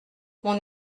mon